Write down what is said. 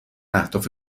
اهداف